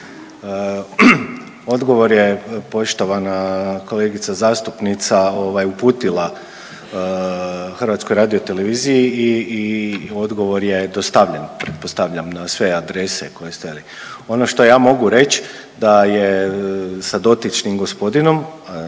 Odgovor je poštovana kolegica zastupnica uputila HRT-u i odgovor je dostavljen pretpostavljam na sve adrese koje ste. Ono što ja mogu reć da je sa dotičnim gospodinom